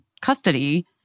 custody